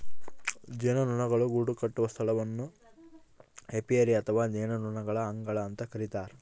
ಜೇನುನೊಣಗಳು ಗೂಡುಕಟ್ಟುವ ಸ್ಥಳವನ್ನು ಏಪಿಯರಿ ಅಥವಾ ಜೇನುನೊಣಗಳ ಅಂಗಳ ಅಂತ ಕರಿತಾರ